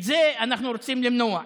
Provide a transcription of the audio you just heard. את זה אנחנו רוצים למנוע.